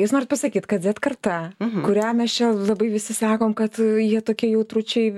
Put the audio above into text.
jūs norit pasakyti kad zet karta kurią mes čia labai visi sakom kad jie tokie jautručiai